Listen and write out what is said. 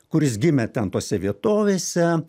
kuris gimė ten tose vietovėse